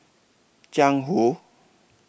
Jiang Hu